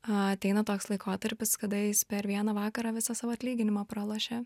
ateina toks laikotarpis kada jis per vieną vakarą visą savo atlyginimą pralošė